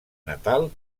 natal